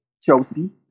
Chelsea